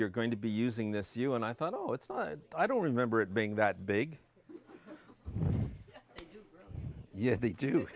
you're going to be using this you and i thought oh it's not i don't remember it being that big yet they do